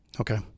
Okay